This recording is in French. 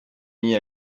mis